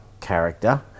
character